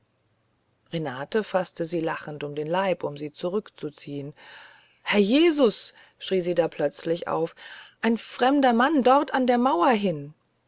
renate faßte sie lachend um den leib um sie zurückzuziehen herr jesus schrie sie da plötzlich auf ein fremder mann dort an der mauer hin